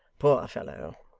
poor fellow,